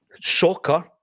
soccer